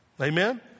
Amen